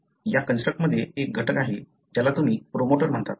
या कंस्ट्रक्टमध्ये एक घटक आहे ज्याला तुम्ही प्रोमोटर म्हणता